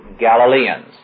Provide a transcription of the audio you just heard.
Galileans